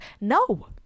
No